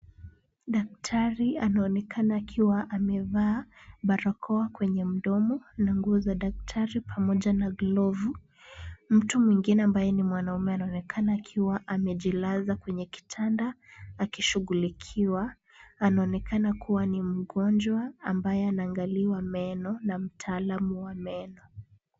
Daktari anaonekana akiwa amevaa barakoa kwenye mdomo na nguo za daktari pamoja na glovu. Mtu mwingine ambaye ni mwanaume anaonekana akiwa amejilaza kwenye kitanda akishughulikiwa. Anaonekana kuwa ni mgonjwa ambaye anaangaliwa meno na mtaalamu wa meno.